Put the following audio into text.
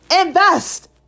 invest